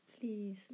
please